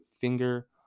finger